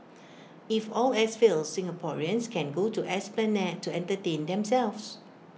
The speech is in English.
if all else fails Singaporeans can go to esplanade to entertain themselves